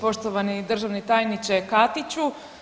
Poštovani državni tajniče Katiću.